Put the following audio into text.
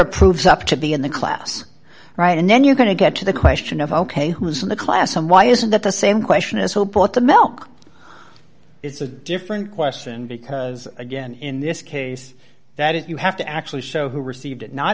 approves up to the in the class right and then you're going to get to the question of ok who's in the class and why isn't that the same question as hope the milk is a different question because again in this case that you have to actually show who received it not